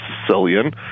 Sicilian